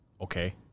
okay